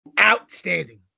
Outstanding